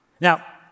Now